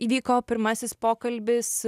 įvyko pirmasis pokalbis